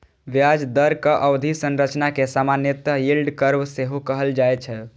ब्याज दरक अवधि संरचना कें सामान्यतः यील्ड कर्व सेहो कहल जाए छै